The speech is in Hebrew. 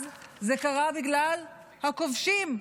אז זה קרה בגלל הכובשים.